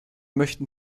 möchten